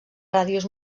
ràdios